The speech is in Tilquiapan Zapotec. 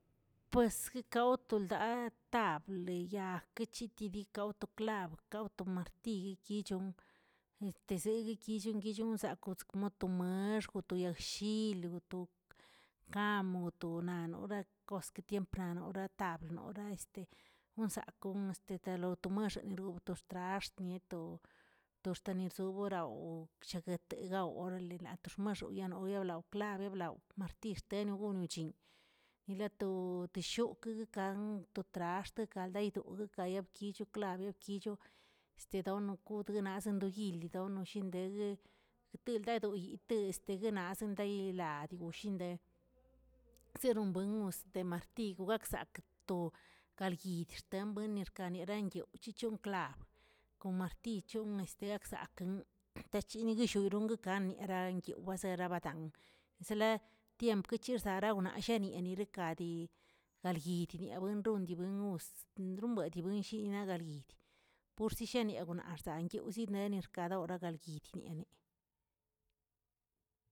Pues jekawl toldaꞌtaab lee yag kichitidi kaw to klab, kawto martiyi yichon, este zegꞌ guichon guichon zakz koto maxg, wo to yag shil, wa to kam wotonanora, koske tiemp lanoratablə nora este wnsakong este tolodomaxerob to xtraxt nieto toxtanizorao bchaguetegao orale la xtomaxo yano yabla glagueꞌ bla'o martirteregono chin yila to shoꞌokə kan to traxtə kaldeydoy gayaykibcho klabeꞌ bkicho, este donokudcho nazə doyilicho gono dellin guegueꞌ jteldadoyiꞌ de este degueꞌna'zə ndaꞌyilgad degushinde, sirunbuen este martiy gakzakꞌ to galyidxtembueni xkaniramkwyoꞌo chic̱hon klab, kon martiy chon este akzakn tachiniguishiiron kaniꞌiran yoweꞌze rabaradan wezeleꞌ tiempo kichirsaraunasheniꞌeni kadi galyidini wenron dibiyennodzə ndronbədibienshi na galyid pursi shieagonadx anyonzidnerir karor la galyidnianeꞌ.